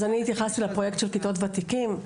אני התייחסתי לפרויקט של כיתות ותיקים.